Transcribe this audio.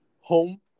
home